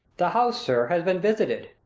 the house, sir, has been visited.